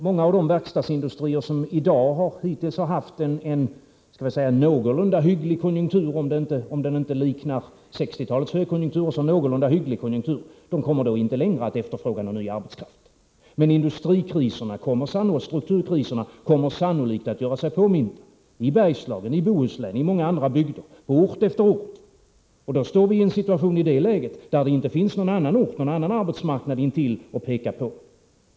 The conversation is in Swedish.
Många av de verkstadsindustrier som hittills haft en någorlunda hygglig konjunktur — även om den inte liknar 1960-talets högkonjunktur — kommer då inte längre att efterfråga någon ny arbetskraft. Industrioch strukturkriserna kommer sannolikt att göra sig påminda i Bergslagen, Bohuslän och i många andra bygder — på ort efter ort — och då har vi det läget att det inte finns någon annan ort, någon annan arbetsmarknad, i närheten att peka på.